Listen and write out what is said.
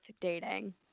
dating